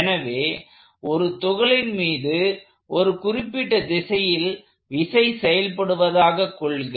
எனவே ஒரு துகளின் மீது ஒரு குறிப்பிட்ட திசையில் விசை செயல்படுவதாக கொள்க